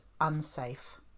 unsafe